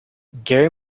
gary